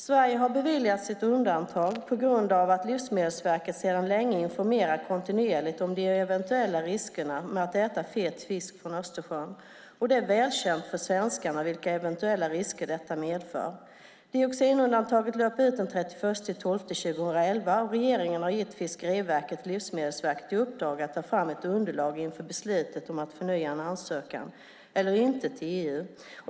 Sverige har beviljats ett undantag på grund av att Livsmedelsverket sedan länge informerar kontinuerligt om de eventuella riskerna med att äta fet fisk från Östersjön, och det är välkänt för svenskarna vilka eventuella risker detta medför. Dioxinundantaget löper ut den 31 december 2011, och regeringen har gett Fiskeriverket och Livsmedelsverket i uppdrag att ta fram ett underlag inför beslutet om att förnya en ansökan eller inte till EU.